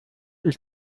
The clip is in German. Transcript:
ich